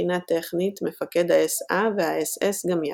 מבחינה טכנית מפקד האס־אה והאס־אס גם יחד.